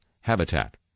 habitat